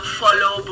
follow